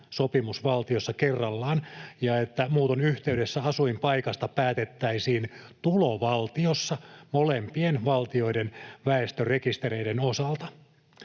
sopimusvaltiossa kerrallaan ja että muuton yhteydessä asuinpaikasta päätettäisiin tulovaltiossa molempien valtioiden väestörekistereiden osalta.